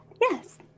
Yes